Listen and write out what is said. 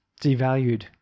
devalued